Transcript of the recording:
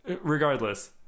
regardless